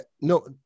no